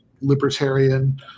libertarian